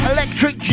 Electric